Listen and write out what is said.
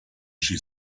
she